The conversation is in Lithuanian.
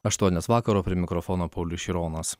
aštuonios vakaro prie mikrofono paulius šironas